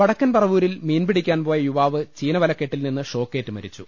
വടക്കൻ പറവൂരിൽ മീൻ പിടിക്കാൻ പോയ യുവാവ് ചീന വലക്കെട്ടിൽ നിന്ന് ഷോക്കേറ്റ് മരിച്ചു